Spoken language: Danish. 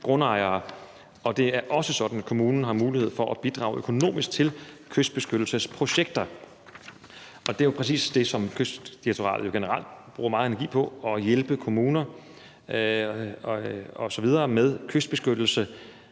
grund. Det er også sådan, at kommunen har mulighed for at bidrage økonomisk til kystbeskyttelsesprojekter. Og det er jo præcis det, som Kystdirektoratet generelt bruger meget energi på, altså at hjælpe kommuner osv. med kystbeskyttelse.